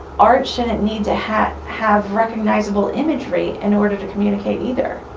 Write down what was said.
art shouldn't need to have have recognizable imagery in order to communicate either.